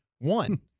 One